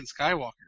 Skywalker